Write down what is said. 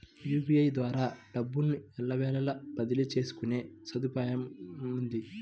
UPI ద్వారా డబ్బును ఎల్లవేళలా బదిలీ చేసుకునే సదుపాయముంది